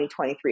2023